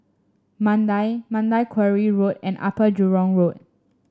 Mandai Mandai Quarry Road and Upper Jurong Road